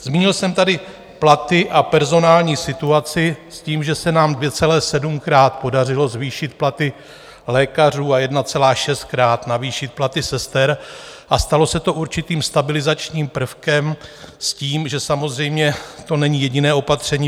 Zmínil jsem tady platy a personální situaci s tím, že se nám 2,7krát podařilo zvýšit platy lékařů a 1,6krát zvýšit platy sester, a stalo se to určitým stabilizačním prvkem s tím, že samozřejmě to není jediné opatření.